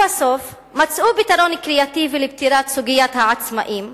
בסוף מצאו פתרון קריאטיבי לפתירת סוגיית העצמאים,